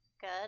Good